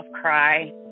cry